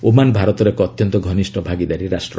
Oman ଭାରତର ଏକ ଅତ୍ୟନ୍ତ ଘନିଷ୍ଠ ଭାଗିଦାର ରାଷ୍ଟ୍ର